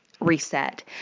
Reset